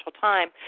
time